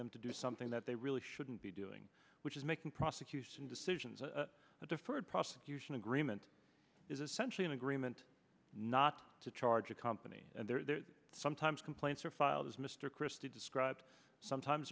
them to do something that they really shouldn't be doing which is making prosecution decisions a deferred prosecution agreement is essentially an agreement not to charge a company and there are sometimes complaints are filed as mr christie described sometimes